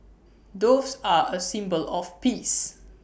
doves are A symbol of peace